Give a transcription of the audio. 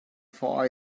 for